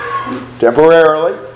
temporarily